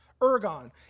Ergon